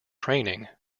training